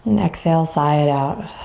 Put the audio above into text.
and exhale, sigh it out.